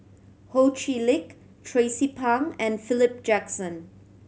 Ho Chee Lick Tracie Pang and Philip Jackson